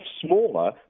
smaller